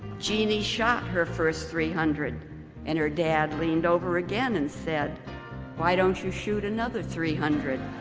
jeanne shot her first three hundred and her dad leaned over again and said why don't you shoot another three hundred.